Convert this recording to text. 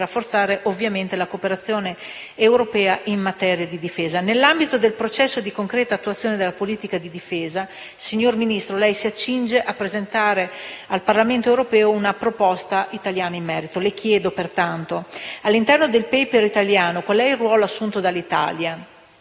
rafforzare ovviamente la cooperazione europea in materia di difesa. Nell'ambito del processo di concreta attuazione della politica di difesa, signora Ministro, lei si accinge a presentare al Parlamento europeo una proposta italiana in merito. Le chiedo pertanto all'interno del *paper* italiano quale sia il ruolo assunto dall'Italia.